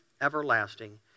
everlasting